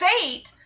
Fate